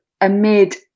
amid